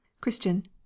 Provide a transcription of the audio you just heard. Christian